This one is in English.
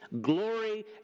glory